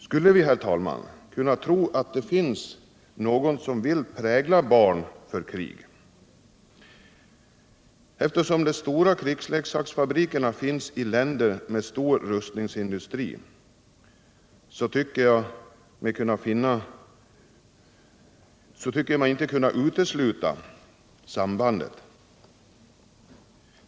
Skulle vi, herr talman, kunna tro att det finns någon som vill prägla barn för krig? Eftersom de stora krigsleksaksfabrikerna finns i länder med stor rustningsindustri, så tycker jag mig inte kunna utesluta sambandet.